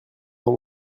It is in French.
dans